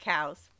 Cows